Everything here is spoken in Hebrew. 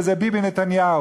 וזה ביבי נתניהו.